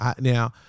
Now